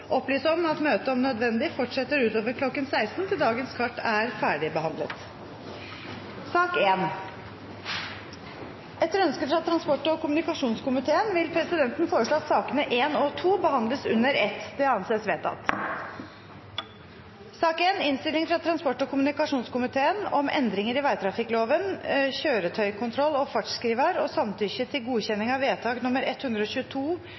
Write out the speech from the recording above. opplyse om at møtet om nødvendig fortsetter utover kl. 16, til dagens kart er ferdigbehandlet. Etter ønske fra transport- og kommunikasjonskomiteen vil presidenten foreslå at sakene nr. 1 og 2 blir behandlet under ett. – Det anses vedtatt. Etter ønske fra transport- og kommunikasjonskomiteen vil presidenten foreslå at taletiden blir begrenset til 5 minutter til hver partigruppe og 5 minutter til